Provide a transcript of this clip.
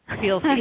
feels